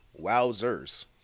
Wowzers